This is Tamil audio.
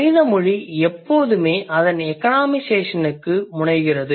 மனித மொழி எப்போதுமே அதன் எகானமிசைஷனுக்கு முனைகிறது